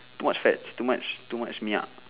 too much fats too much too much milk